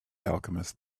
alchemist